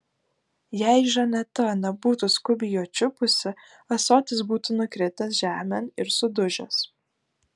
jei žaneta nebūtų skubiai jo čiupusi ąsotis būtų nukritęs žemėn ir sudužęs